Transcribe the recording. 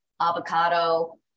avocado